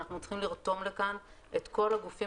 אנחנו צריכים לרתום לכאן את כל הגופים